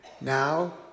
now